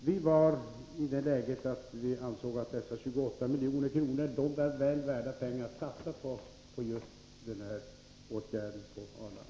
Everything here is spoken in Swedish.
Vi ansåg då att de 28 miljonerna var pengar som var väl värda att satsas på just den här åtgärden när det gäller Arlanda.